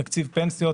תקציב פנסיות,